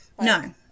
no